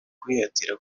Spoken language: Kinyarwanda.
kwihatira